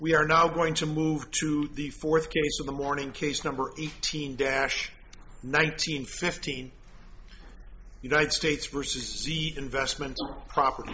we are now going to move to the fourth case in the warning case number eighteen dash nineteen fifteen united states versus eat investment propert